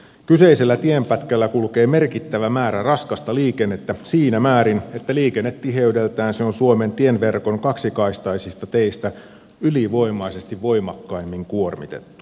kyseisellä tienpätkällä kulkee merkittävä määrä raskasta liikennettä siinä määrin että liikennetiheydeltään se on suomen tieverkon kaksikaistaisista teistä ylivoimaisesti voimakkaimmin kuormitettu